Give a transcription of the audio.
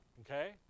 Okay